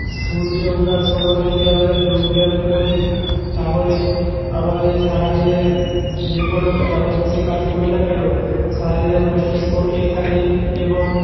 সূর্য ওঠার সময় যদি আমরা যোগ ব্যায়াম করি তাহলে আমাদের সারাদিনের যে কোনো যেমন খুশি কাজ করি না কেন সারাদিনে মস্তিষ্ক ঠিক থাকে এবং